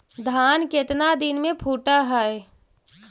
धान केतना दिन में फुट है?